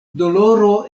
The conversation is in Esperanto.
doloro